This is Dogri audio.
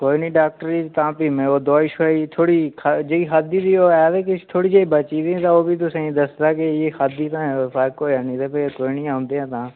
कोई नीं डाक्टर जी तां में फ्ही ओह् दुआई शुआई थोह्ड़ी जेही खाद्धी दी होऐ ते किश थोह्ड़ी जेही बची दी ते ओह् बी तुसें गी दस्सदा कि एह् खाद्धी भैं फर्क होएआ निं ते फेर तुसें गी औंदे तां